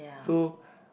so